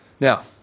Now